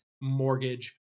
mortgage